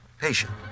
patient